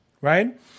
right